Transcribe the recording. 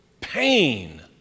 pain